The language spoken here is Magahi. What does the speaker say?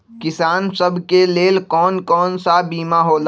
किसान सब के लेल कौन कौन सा बीमा होला?